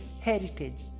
heritage